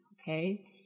Okay